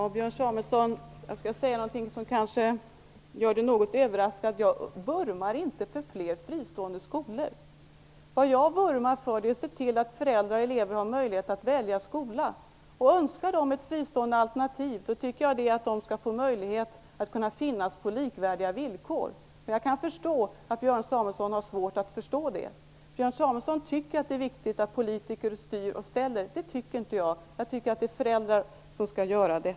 Herr talman! Jag skall säga något som kanske kommer att göra Björn Samuelson litet överraskad. Jag vurmar inte för fler fristående skolor. Jag vurmar för att föräldrar och elever har möjlighet att välja skola. Om de önskar ett fristående alternativ skall de kunna få en sådan möjlighet. Fristående skolor och kommunala skolor borde få finnas på lika villkor. Jag kan inse att Björn Samuelson har svårt att förstå det. Björn Samuelson tycker att det är viktigt att politiker styr och ställer. Det tycker inte jag. Jag tycker att föräldrarna skall göra det.